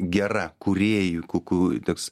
gera kūrėjų ku ku toks